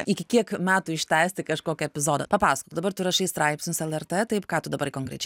iki kiek metų ištęsti kažkokį epizodą papasakok dabar tu rašai straipsnius lrt taip ką tu dabar konkrečiai